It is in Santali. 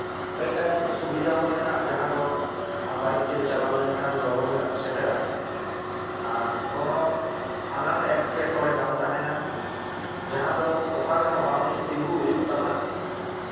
ᱢᱤᱫᱴᱟᱝ ᱥᱩᱵᱤᱫᱷᱟ ᱦᱚᱸ ᱢᱮᱱᱟᱜᱼᱟ ᱡᱟᱦᱟᱸ ᱫᱚ ᱵᱟᱭᱤᱠ ᱛᱮᱢ ᱪᱟᱞᱟᱣ ᱞᱮᱱᱠᱷᱟᱱ ᱞᱚᱜᱚᱱ ᱧᱚᱜ ᱮᱢ ᱥᱮᱴᱮᱨᱟ ᱟᱨ ᱠᱚᱱᱚ ᱟᱱᱟᱴ ᱮᱴᱠᱮᱴᱚᱬᱮ ᱵᱟᱝ ᱛᱟᱦᱮᱱᱟ ᱡᱟᱦᱟᱸ ᱫᱚ ᱚᱠᱟ ᱨᱮᱦᱚᱸ ᱵᱟᱝ ᱛᱤᱸᱜᱩ ᱦᱩᱭᱩᱜ ᱛᱟᱢᱟ